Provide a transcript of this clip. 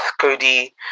Cody